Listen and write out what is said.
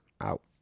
out